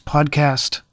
Podcast